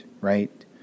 right